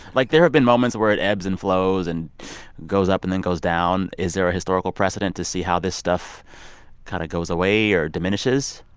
like, there have been moments where it ebbs and flows and goes up and then goes down. is there a historical precedent to see how this stuff kind of goes away or diminishes?